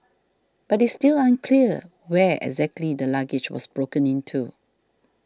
but it's still unclear where exactly the luggage was broken into